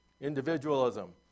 Individualism